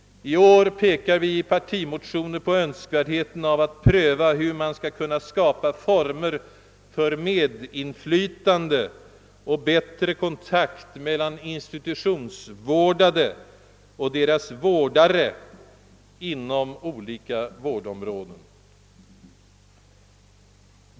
I år pekar vi också i partimotioner på önskvärdheten av att pröva hur man skall kunna skapa former för medinflytande och bättre kontakt mellan institutionsvårdade och deras vårdare inom olika vårdområden.